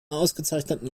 ausgezeichneten